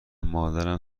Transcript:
مادرم